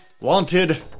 Wanted